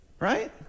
Right